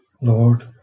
Lord